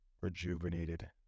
rejuvenated